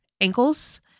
ankles